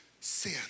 sin